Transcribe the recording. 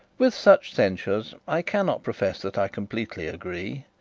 with such censures, i cannot profess that i completely agree.